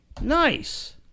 Nice